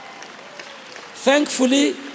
Thankfully